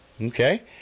Okay